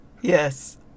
Yes